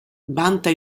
vanta